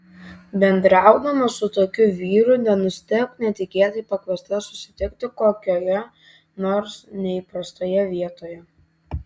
bendraudama su tokiu vyru nenustebk netikėtai pakviesta susitikti kokioje nors neįprastoje vietoje